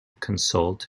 consult